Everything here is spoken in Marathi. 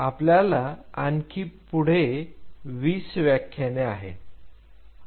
आपल्याला पुढे आणखी 20 व्याख्याने आहेत